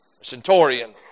centurion